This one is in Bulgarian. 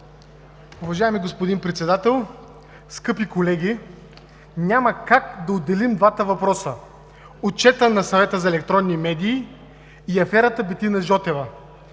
Уважаеми господин Председател, скъпи колеги, няма как да отделим двата въпроса – отчета на Съвета за електронни медии и аферата Бетина Жотева